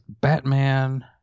Batman